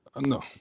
No